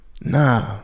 Nah